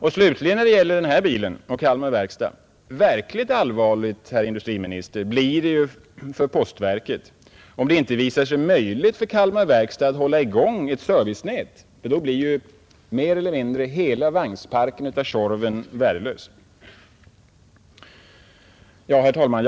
Och slutligen när det gäller den här bilen och Kalmar verkstad: Verkligt allvarligt, herr industriminister, blir det ju för postverket, om det inte visar sig möjligt för Kalmar verkstad att hålla i gång ett servicenät, för då blir mer eller mindre hela vagnsparken av Tjorven värdelös. Herr talman!